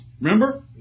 Remember